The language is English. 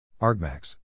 argmax